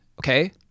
Okay